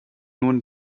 nun